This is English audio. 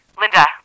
Linda